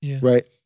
Right